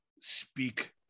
speak